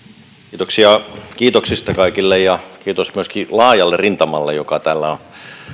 kiitoksia kiitoksista kaikille ja kiitos myöskin laajalle rintamalle joka täällä